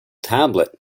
tablet